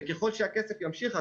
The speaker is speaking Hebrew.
וככל שהכסף ימשיך,